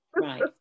Right